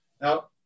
Now